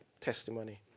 testimony